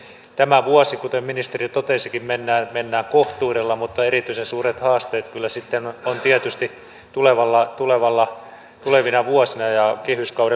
tämä vuosi kuten ministeri jo totesikin mennään kohtuudella mutta erityisen suuret haasteet kyllä sitten ovat tietysti tulevina vuosina ja kehyskauden loppupuolella